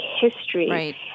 history